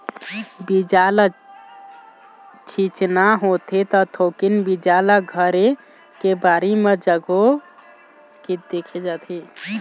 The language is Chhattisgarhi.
बीजा ल छिचना होथे त थोकिन बीजा ल घरे के बाड़ी म जमो के देखे जाथे